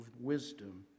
wisdom